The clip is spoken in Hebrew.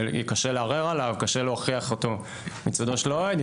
קשה לערער עליו וקשה להוכיח אותו מצדו של האוהד,